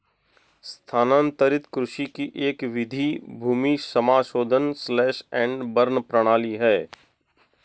स्थानांतरित कृषि की एक विधि भूमि समाशोधन स्लैश एंड बर्न प्रणाली है